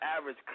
average